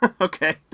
Okay